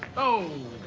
oh.